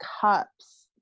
cups